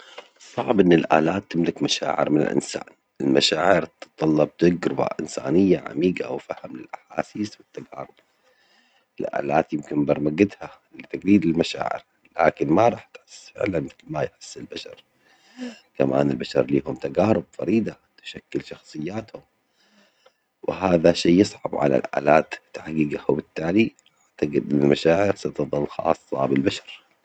صعب إن الآلات تملك مشاعر من الإنسان المشاعر تتطلب دجر وإنسانية عميجة وفهم أحاسيس وتجارب، الآلات يمكن برمجتها لتجيد المشاعر، لكن ما راح تحس فعلا مثل ما يحس البشر، كما أن البشر لهم تجارب فريدة تشكل شخصياتهم، وهذا شئ يصعب على الآلات تحجيجه وبالتالي تجد المشاعر ستظل خاصة بالبشر.